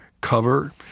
cover